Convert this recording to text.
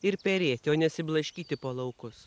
ir perėti o nesiblaškyti po laukus